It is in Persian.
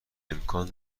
امکان